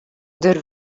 der